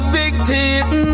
victim